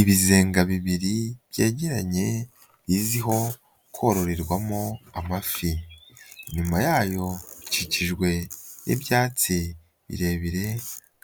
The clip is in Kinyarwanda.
Ibizenga bibiri byegeranye bizwiho kororerwamo amafi, inyuma yayo ikikijwe n'ibyatsi birebire